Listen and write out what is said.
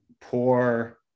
poor